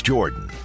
Jordan